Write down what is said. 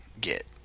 get